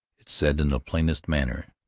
it said in the plainest manner.